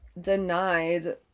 denied